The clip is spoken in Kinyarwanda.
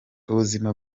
ubuzima